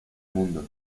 mundo